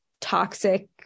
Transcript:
toxic